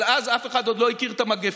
אבל אז אף אחד עוד לא הכיר את המגפה